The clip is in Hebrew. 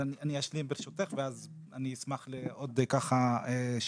אני אשלים, ברשותך, ואז אני אשמח לעוד שאלות.